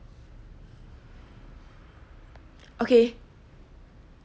okay